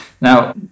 Now